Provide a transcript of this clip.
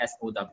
SOW